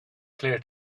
clear